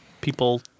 people